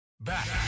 Back